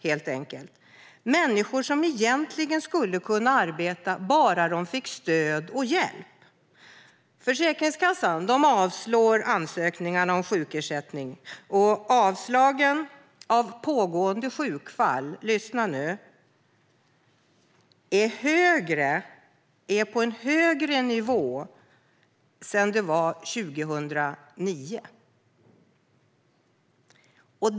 Det är människor som egentligen skulle kunna arbeta bara de fick stöd och hjälp. Försäkringskassan avslår ansökningarna om sjukersättning. Avslagen av pågående sjukfall - lyssna nu - är på en högre nivå än vad de var 2009.